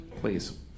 please